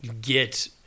get